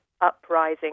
uprising